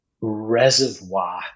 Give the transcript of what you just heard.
reservoir